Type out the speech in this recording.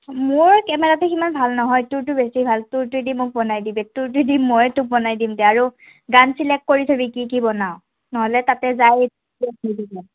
মোৰ কেমেৰাটো সিমান ভাল নহয় তোৰটো বেছি ভাল তোৰটো দি মোক বনাই দিবি তোৰটো দি মই তোক বনাই দিম দে আৰু গান ছিলেক্ট কৰি থ'বি কি কি বনাও নহ'লে তাত যাই